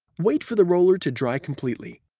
wait for the roller to dry completely.